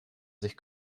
sich